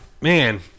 man